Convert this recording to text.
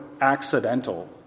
accidental